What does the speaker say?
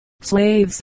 slaves